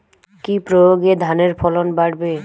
কি প্রয়গে ধানের ফলন বাড়বে?